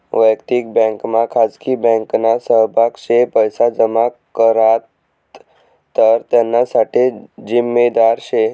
वयक्तिक बँकमा खाजगी बँकना सहभाग शे पैसा जमा करात तर त्याना साठे जिम्मेदार शे